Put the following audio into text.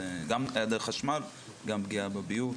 גם היעדר חשמל, גם פגיעה בביוב.